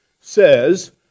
says